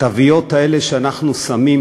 התוויות האלה שאנחנו שמים